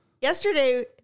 yesterday